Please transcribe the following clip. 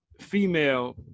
female